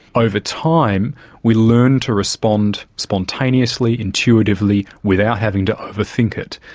over time we learn to respond spontaneously, intuitively, without having to over-think it.